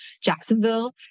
Jacksonville